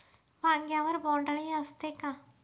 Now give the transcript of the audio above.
वांग्यावर बोंडअळी असते का?